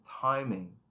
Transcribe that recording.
timing